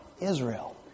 Israel